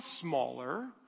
smaller